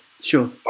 Sure